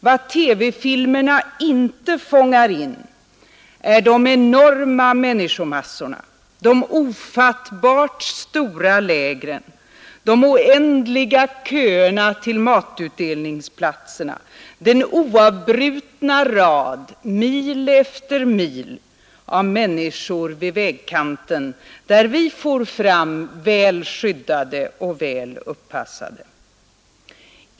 Vad TV-filmer na inte fångar in är de enorma människomassorna, de ofattbart stora lägren, de oändliga köerna till matutdelningsplatserna, den oavbrutna raden — mil efter mil — av människor vid vägkanten, där vi for fram väl skyddade och uppassade.